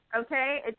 Okay